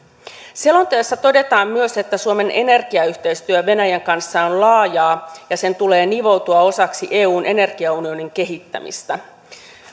selonteossa todetaan myös että suomen energiayhteistyö venäjän kanssa on laajaa ja sen tulee nivoutua osaksi eun energiaunionin kehittämistä